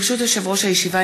ברשות יושב-ראש הישיבה,